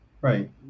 Right